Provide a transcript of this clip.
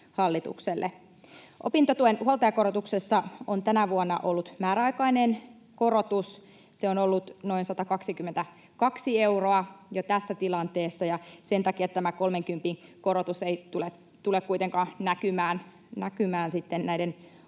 Opintotuen huoltajakorotuksessa on tänä vuonna ollut määräaikainen korotus. Se on ollut noin 122 euroa jo tässä tilanteessa, ja sen takia tämä kolmenkympin korotus ei tule kuitenkaan näkymään opiskelevien